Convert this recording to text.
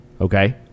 okay